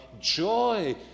joy